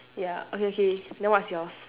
ya okay okay then what is yours